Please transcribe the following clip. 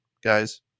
guys